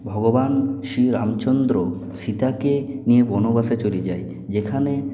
ভগবান শ্রী রামচন্দ্র সীতাকে নিয়ে বনবাসে চলে যায় যেখানে